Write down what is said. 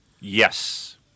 Yes